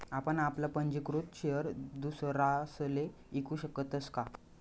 आपण आपला पंजीकृत शेयर दुसरासले ईकू शकतस का?